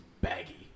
baggy